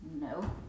no